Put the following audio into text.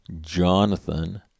Jonathan